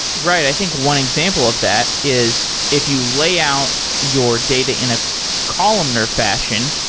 right. i think one example of that is if you layout your data in a columnar fashion,